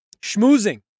Schmoozing